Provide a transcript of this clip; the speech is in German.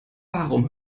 warum